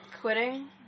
Quitting